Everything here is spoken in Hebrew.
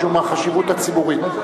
משום החשיבות הציבורית.